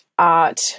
Art